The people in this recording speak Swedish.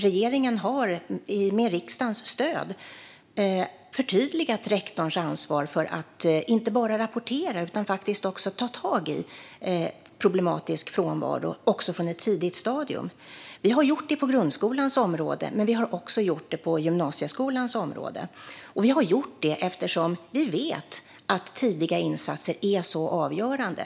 Regeringen har med riksdagens stöd förtydligat rektorns ansvar för att inte bara rapportera utan faktiskt också ta tag i problematisk frånvaro från ett tidigt stadium. Vi har gjort det på grundskolans område, men vi har också gjort det på gymnasieskolans område. Vi har gjort det eftersom vi vet att tidiga insatser är så avgörande.